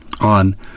on